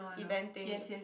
event thing